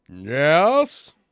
Yes